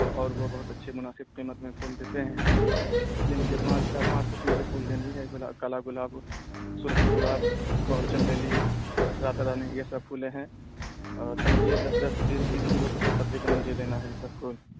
اور اور وہ بہت اچھے مناسب قیمت میں پھول دیتے ہیں اس لیے مجھے پانچ چار پانچ قسم کے پھول لینی ہے کالا گلاب سرخ گلاب اور چنبیلی رات رانی یہ سب پھولیں ہیں اور سمجھیے دس دس بیس کلو کی کے تقریباً مجھے لینا ہے یہ سب پھول